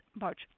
March